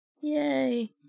Yay